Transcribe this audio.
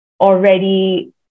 already